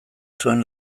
zuen